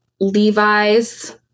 Levi's